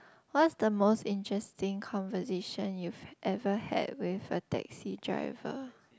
what's the most interesting conversation you've ever had with a taxi driver